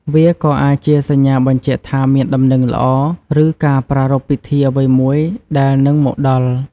វាក៏អាចជាសញ្ញាបញ្ជាក់ថាមានដំណឹងល្អ ឬការប្រារព្ធពិធីអ្វីមួយដែលនឹងមកដល់។